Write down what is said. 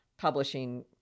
publishing